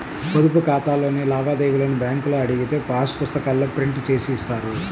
పొదుపు ఖాతాలోని లావాదేవీలను బ్యేంకులో అడిగితే పాసు పుస్తకాల్లో ప్రింట్ జేసి ఇస్తారు